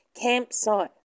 campsite